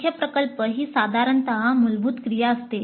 मुख्य प्रकल्पः ही साधारणत मूलभूत क्रिया असते